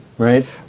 Right